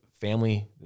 Family